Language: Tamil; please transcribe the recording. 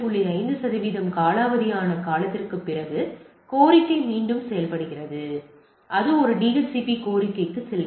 5 சதவிகிதம் காலாவதியான காலத்திற்குப் பிறகு கோரிக்கை மீண்டும் செய்யப்படுகிறது அது ஒரு டிஹெச்சிபி கோரிக்கைக்கு செல்கிறது